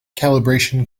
calibration